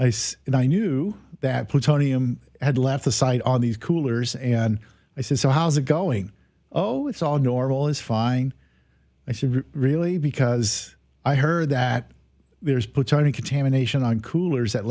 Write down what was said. and i knew that plutonium had left the site on these coolers and i said so how's it going oh it's all normal is fine i said really because i heard that there's paternity contamination on coolers that